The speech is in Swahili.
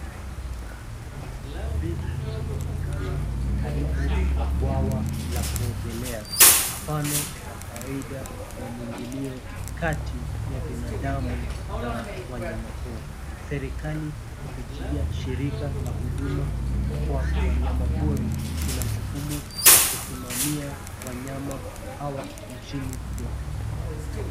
Tumbili anaonekana karibu na bwawa la kuogelea. Mfano wa kawaida wa mwingilio kati ya binadamu na wanyama pori. Serikali kupitia shirika la huduma kwa wanyama pori inajukumu la kusimamia wanyama hawa nchini kwote.